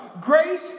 Grace